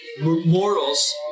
morals